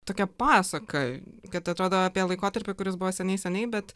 tokia pasaka kad tai atrodo apie laikotarpį kuris buvo seniai seniai bet